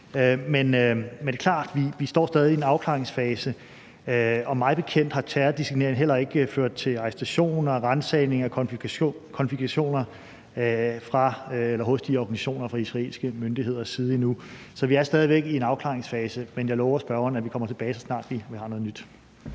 Men det er klart, at vi stadig står i en afklaringsfase, og mig bekendt har terrordesignering heller ikke ført til arrestationer, ransagninger eller konfiskationer hos de organisationer fra israelske myndigheders side endnu. Så vi er stadig væk i en afklaringsfase, men jeg lover spørgeren, at vi kommer tilbage, så snart vi har noget nyt.